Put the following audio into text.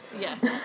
Yes